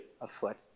afoot